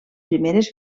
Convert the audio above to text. primeres